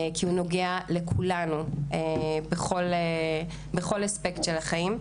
כי הוא נוגע לכולנו בכל אספקט של החיים.